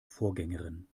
vorgängerin